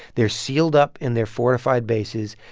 they're sealed up in their four or five bases.